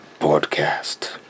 Podcast